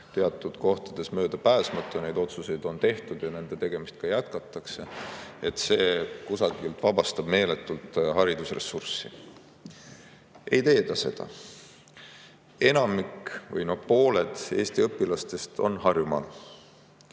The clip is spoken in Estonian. teatud kohtades möödapääsmatu – neid otsuseid on tehtud ja nende tegemist jätkatakse –, kusagilt vabastab meeletult haridusressurssi. Ei tee ta seda. Enamik või pooled Eesti õpilastest on Harjumaal.